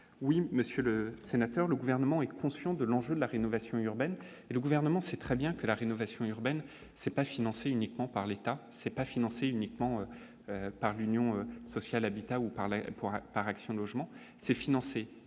oui, Monsieur le Sénateur, le gouvernement est conscient de l'enjeu de la rénovation urbaine, et le gouvernement sait très bien que la rénovation urbaine, c'est pas financé uniquement par l'État, c'est pas financé uniquement par l'Union sociale habitat ou par la par Action logement c'est financé